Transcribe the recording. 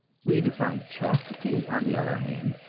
we define chastity, on the other hand,